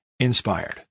Inspired